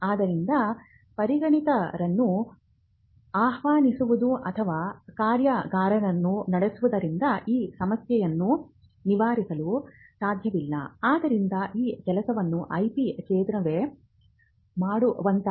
ಆದ್ದರಿಂದ ಪರಿಣಿತರನ್ನು ಆಹ್ವಾನಿಸುವುದು ಅಥವಾ ಕಾರ್ಯಾಗಾರವನ್ನು ನಡೆಸುವುದರಿಂದ ಈ ಸಮಸ್ಯೆಯನ್ನು ನಿವಾರಿಸಲು ಸಾಧ್ಯವಿಲ್ಲ ಆದ್ದರಿಂದ ಈ ಕೆಲಸವನ್ನು IP ಕೇಂದ್ರವೇ ಮಾಡುವಂತಹದ್ದಾಗಿದೆ